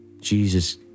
Jesus